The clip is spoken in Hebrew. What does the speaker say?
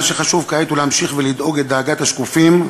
מה שחשוב כעת הוא להמשיך ולדאוג את דאגת השקופים.